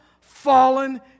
fallen